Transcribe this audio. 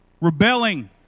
rebelling